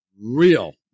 real